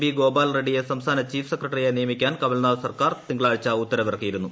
P Gopal റെഡ്സിയെ സംസ്ഥാന chief സെക്രട്ടറിയായി നിയമിക്കാൻ കമൽനാഥ് സർക്കാർ തിങ്കളാഴ്ച ഉത്തരവിറക്കിയിരുന്നു